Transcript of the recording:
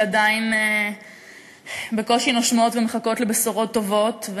שעדיין בקושי נושמות ומחכות לבשורות טובות,